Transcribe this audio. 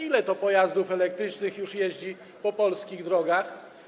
Ile pojazdów elektrycznych już jeździ po polskich drogach?